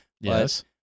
Yes